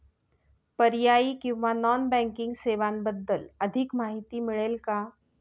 पर्यायी किंवा non banking सेवांबद्दल अधिक माहिती मिळेल का?